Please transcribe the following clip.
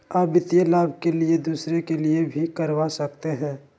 आ वित्तीय लाभ के लिए दूसरे के लिए भी करवा सकते हैं?